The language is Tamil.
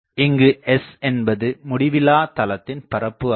இங்கு S என்பது முடிவில்லா தளத்தின் பரப்பு ஆகும்